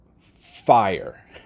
Fire